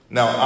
Now